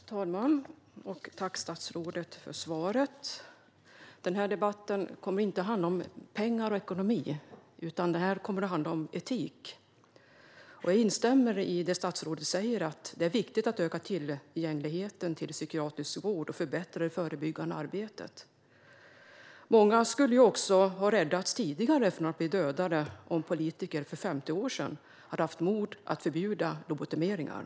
Fru talman! Jag tackar statsrådet för svaret. Den här debatten kommer inte att handla om pengar och ekonomi, utan om etik. Jag instämmer i det statsrådet säger - det är viktigt att öka tillgängligheten till psykiatrisk vård och förbättra det förebyggande arbetet. Många skulle tidigare ha räddats från att bli dödade om politiker för 50 år sedan hade haft mod att förbjuda lobotomeringar.